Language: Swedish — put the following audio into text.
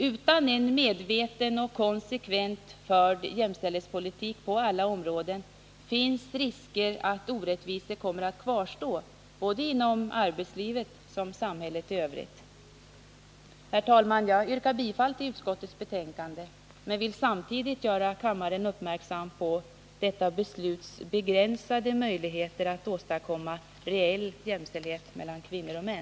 Utan en medveten och konsekvent förd jämställdhetspolitik på alla områden finns risk för att orättvisor kommer att kvarstå både inom arbetslivet och i samhället i övrigt. Herr talman! Jag yrkar bifall till utskottets hemställan men vill samtidigt göra kammaren uppmärksam på detta förslags begränsade möjligheter att åstadkomma en reell jämställdhet mellan kvinnor och män.